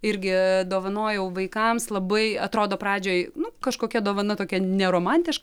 irgi dovanojau vaikams labai atrodo pradžioj nu kažkokia dovana tokia neromantiška